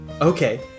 okay